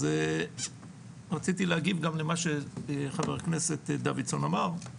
אז רציתי להגיב גם למה שח"כ דוידסון אמר,